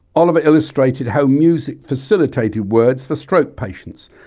oliver illustrated how music facilitated words for stroke patients,